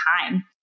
time